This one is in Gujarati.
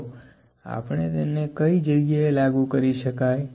તો આપણે તેને કઈ જગ્યા એ લાગુ કરી શકાય